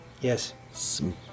Yes